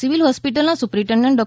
civil હોસ્પિટલના superintendent ડૉ